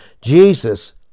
Jesus